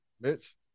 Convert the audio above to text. Mitch